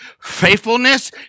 faithfulness